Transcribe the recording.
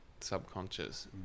subconscious